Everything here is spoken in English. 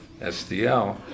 SDL